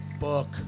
Book